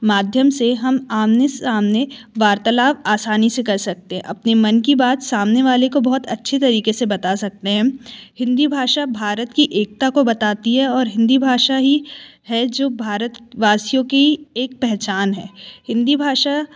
माध्यम से हम आमने सामने वर्तालाप आसानी से हम कर सकते हैं अपनी मन की बात सामने वाले को बहुत अच्छे तरिके से बता सकते हैं हिंदी भाषा भारत की एकता को बताती है और हिंदी भाषा ही है जो भारतवासियों की एक पहचान है हिंदी भाषा